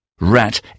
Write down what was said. Rat